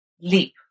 leap